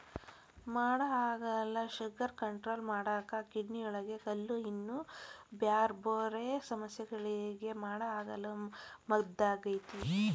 ಮಾಡಹಾಗಲ sugar control ಮಾಡಾಕ, ಕಿಡ್ನಿಯೊಳಗ ಕಲ್ಲು, ಇನ್ನೂ ಬ್ಯಾರ್ಬ್ಯಾರೇ ಸಮಸ್ಯಗಳಿಗೆ ಮಾಡಹಾಗಲ ಮದ್ದಾಗೇತಿ